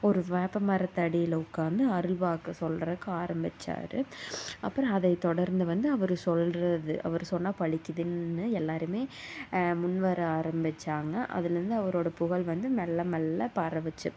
ஒரு வேப்பமரத்து அடியில் உட்காந்து அருள்வாக்கு சொல்றதுக்கு ஆரம்பிச்சார் அப்புறம் அதை தொடர்ந்து வந்து அவர் சொல்கிறது அவர் சொன்னால் பளிக்குதுன்னு எல்லாருமே முன்வர ஆரம்பிச்சாங்க அதுலேயிருந்து அவரோடய புகழ் வந்து மெல்ல மெல்ல பரவுச்சு